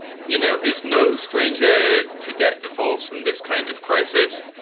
you know, is no stranger to debt defaults and this kind of crisis.